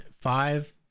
five